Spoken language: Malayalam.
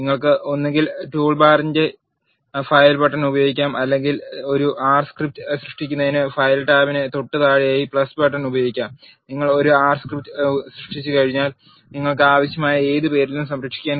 നിങ്ങൾക്ക് ഒന്നുകിൽ ടൂൾബാറിലെ ഫയൽ ബട്ടൺ ഉപയോഗിക്കാം അല്ലെങ്കിൽ ഒരു ആർ സ്ക്രിപ്റ്റ് സൃഷ്ടിക്കുന്നതിന് ഫയൽ ടാബിന് തൊട്ടുതാഴെയായി ബട്ടൺ ഉപയോഗിക്കാം നിങ്ങൾ ഒരു ആർ സ്ക്രിപ്റ്റ് സൃഷ്ടിച്ചുകഴിഞ്ഞാൽ നിങ്ങൾക്ക് ആവശ്യമുള്ള ഏത് പേരിലും സംരക്ഷിക്കാൻ കഴിയും